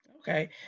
Okay